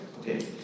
okay